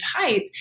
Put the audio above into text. type